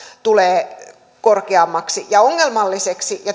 tulee korkeammaksi ja ongelmalliseksi